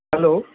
hello